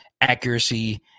accuracy